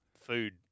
Food